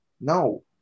no